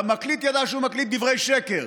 והמקליט ידע שהוא מקליט דברי שקר,